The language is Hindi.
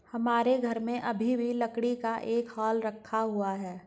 हमारे घर में अभी भी लकड़ी का एक हल रखा हुआ है